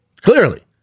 Clearly